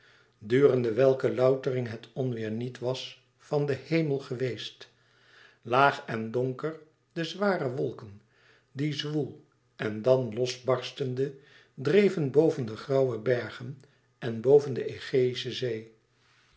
durende welke loutering het onweêr niet was van den hemel geweest laag en donker de zware wolken die zwoel en dan los barstende dreven boven de grauwe bergen en boven de